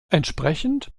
entsprechend